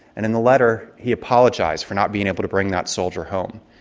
and in the letter he apologised for not being able to bring that soldier home.